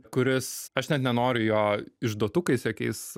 kuris aš net nenoriu jo išduotukais jokiais